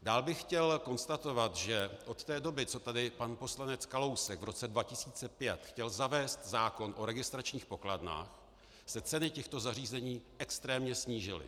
Dál bych chtěl konstatovat, že od té doby, co tady pan poslanec Kalousek v roce 2005 chtěl zavést zákon o registračních pokladnách, se ceny těchto zařízení extrémně snížily.